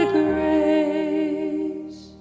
grace